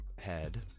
head